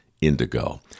indigo